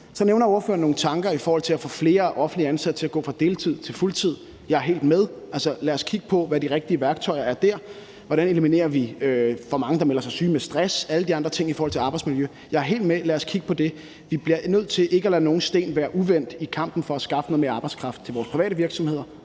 Så nævner ordføreren nogle tanker om at få flere andet offentligt ansatte til at gå fra deltid til fuldtid. Jeg er helt med. Altså, lad os kigge på, hvad de rigtige værktøjer er der. Hvordan eliminerer vi, at der er mange, der melder sig syge med stress og alle de andre ting i forhold til arbejdsmiljø? Jeg er helt med, lad os kigge på det. Vi bliver nødt til ikke at lade nogen sten være uvendt i kampen for at skaffe noget mere arbejdskraft til vores private virksomheder